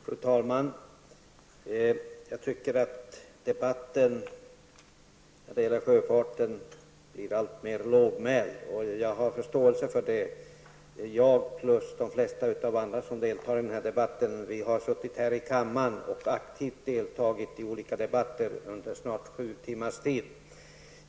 Fru talman! Jag tycker att debatten när det gäller sjöfarten blir alltmer lågmäld. Jag har förståelse för detta. Jag och de flesta andra som deltar i den här debatten har suttit här i kammaren och aktivt deltagit i olika debatter under snart sju timmar.